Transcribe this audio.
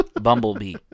bumblebee